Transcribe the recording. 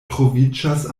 troviĝas